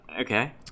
Okay